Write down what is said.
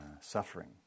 suffering